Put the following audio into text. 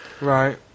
right